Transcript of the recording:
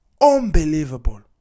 Unbelievable